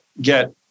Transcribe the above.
get